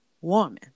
woman